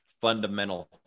fundamental